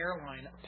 airline